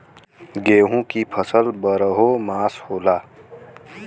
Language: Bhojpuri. गेहूं की फसल बरहो मास होला